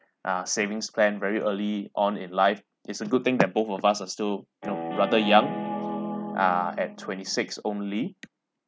ah savings plan very early on in life it's a good thing that both of us are still know rather young ah at twenty six only